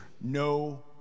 no